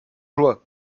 joie